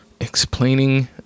explaining